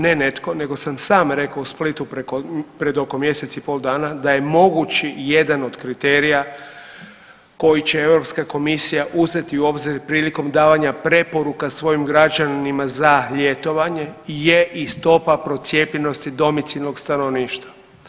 Ne netko, nego sam sam rekao u Splitu preko, pred oko mjesec i pol dana da je mogući jedan od kriterija koji će Europska komisija uzeti uz obzir prilikom davanja preporuka svojim građanima za ljetovanje je i stopa procijepljenosti domicilnog stanovništva.